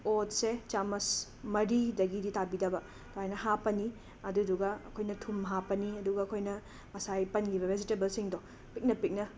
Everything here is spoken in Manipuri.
ꯑꯣꯠꯁꯦ ꯆꯥꯃꯁ ꯃꯔꯤꯗꯒꯤꯗꯤ ꯇꯥꯕꯤꯗꯕ ꯑꯗꯥꯏꯅ ꯍꯥꯞꯄꯅꯤ ꯑꯗꯨꯗꯨꯒ ꯑꯩꯈꯣꯏꯅ ꯊꯨꯝ ꯍꯥꯞꯄꯅꯤ ꯑꯗꯨꯒ ꯑꯩꯈꯣꯏꯅ ꯉꯁꯥꯏ ꯄꯟꯈꯤꯕ ꯕꯦꯖꯤꯇꯦꯕꯜꯁꯤꯡꯗꯣ ꯄꯤꯛꯅ ꯄꯤꯛꯅ